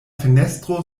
fenestro